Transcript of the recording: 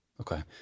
Okay